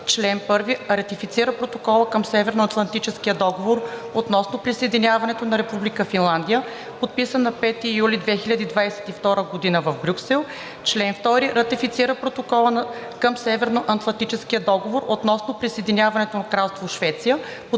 Член 1. Ратифицира Протокола към Северноатлантическия договор относно присъединяването на Република Финландия, подписан на 5 юли 2022 г. в Брюксел. Член 2. Ратифицира Протокола към Северноатлантическия договор относно присъединяването на Кралство Швеция,